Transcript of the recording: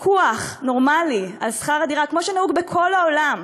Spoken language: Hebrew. פיקוח נורמלי על שכר הדירה, כמו שנהוג בכל העולם,